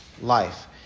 life